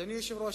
אדוני היושב-ראש,